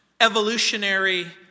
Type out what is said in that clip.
evolutionary